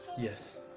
yes